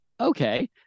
okay